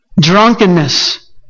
drunkenness